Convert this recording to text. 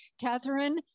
Catherine